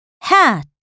hat